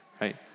right